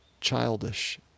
childish